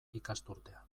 ikasturtea